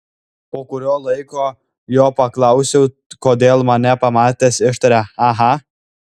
po kurio laiko jo paklausiau kodėl mane pamatęs ištarė aha